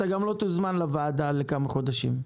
ואתה גם לא תוזמן לוועדה לכמה חודשים.